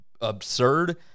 absurd